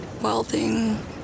welding